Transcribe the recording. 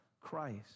Christ